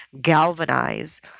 galvanize